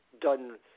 done